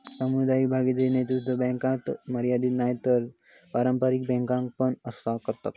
सामुदायिक भागीदारी नैतिक बॅन्कातागत मर्यादीत नाय हा तर पारंपारिक बॅन्का पण असा करतत